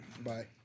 Bye